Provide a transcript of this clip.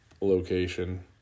location